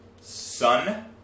Sun